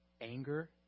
anger